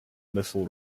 missile